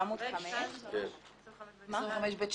סעיף (ה) נמחק בגלל שינויי נוסח.